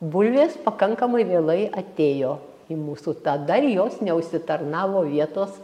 bulvės pakankamai vėlai atėjo į mūsų tada jos neužsitarnavo vietos